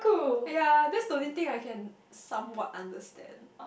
!aiya! that's the only I can somewhat understand